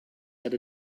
had